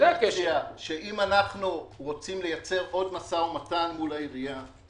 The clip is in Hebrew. שאם אנחנו רוצים לייצר עוד משא ומתן מול העירייה,